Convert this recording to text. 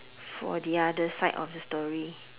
for the other side of the story